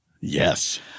Yes